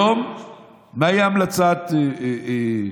מהי ההמלצה היום?